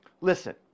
Listen